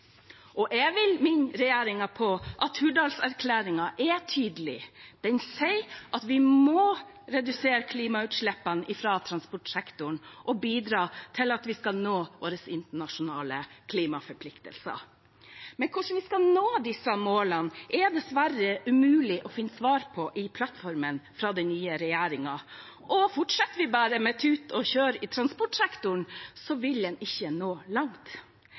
Jeg vil minne regjeringen om at Hurdalserklæringen er tydelig. Den sier at vi må redusere klimagassutslippene fra transportsektoren og bidra til at vi skal nå våre internasjonale klimaforpliktelser. Men hvordan vi skal nå disse målene, er det dessverre umulig å finne svar på i plattformen fra den nye regjeringen, og fortsetter vi bare med tut og kjør i transportsektoren, vil en ikke nå langt.